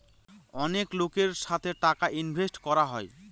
অনেক লোকের সাথে টাকা ইনভেস্ট করা হয়